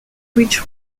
which